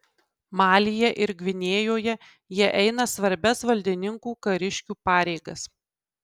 malyje ir gvinėjoje jie eina svarbias valdininkų ir kariškių pareigas